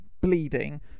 bleeding